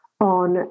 on